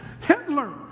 Hitler